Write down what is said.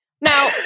Now